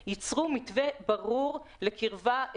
היושב-ראש.